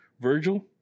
Virgil